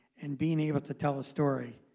and being able to tell a story,